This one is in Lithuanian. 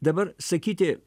dabar sakyti